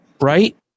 right